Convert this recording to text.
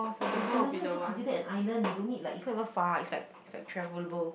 Sentosa is not considered an island you don't need like it's not even far it's like it's like travelable